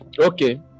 Okay